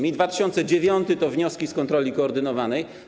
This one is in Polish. Rok 2009 - to wnioski z kontroli koordynowanej.